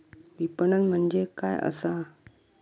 विपणन म्हणजे काय असा?